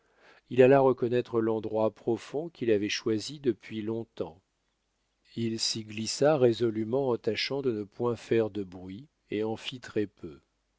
il alla reconnaître l'endroit profond qu'il avait choisi depuis long-temps il s'y glissa résolument en tâchant de ne point faire de bruit et il en fit très-peu